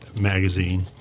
magazine